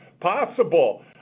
possible